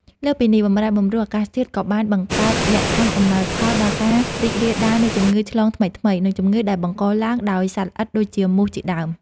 លើសពីនេះ បម្រែបម្រួលអាកាសធាតុក៏បានបង្កើតលក្ខខណ្ឌអំណោយផលដល់ការរីករាលដាលនៃជំងឺឆ្លងថ្មីៗ និងជំងឺដែលបង្កឡើងដោយសត្វល្អិតដូចជាមូសជាដើម។